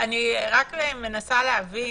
אני רק מנסה להבין,